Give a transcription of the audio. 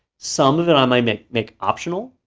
some of it i may make make optional,